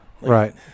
right